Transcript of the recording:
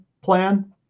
plan